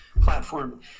platform